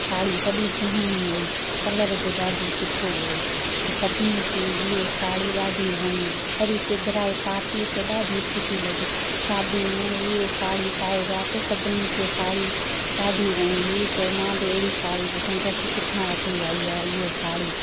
साड़ी वॾी सुहिणी हुई कलर बि ॾाढो सुठो हो त सभिनी खे हीअ साड़ी ॾाढी वणी वरी सिबराई पाती त ॾाढी सुठी लॻी शादी में इयो साड़ी पाए विया त सभिनी खे साड़ी ॾाढी वणी हू चयो मां बि अहिड़ी साड़ी वठंदसि किथां वठी आई आहे हीअ साड़ी